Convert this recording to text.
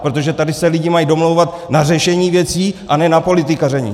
Protože tady se lidi mají domlouvat na řešení věcí, a ne na politikaření!